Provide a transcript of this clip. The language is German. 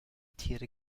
tiere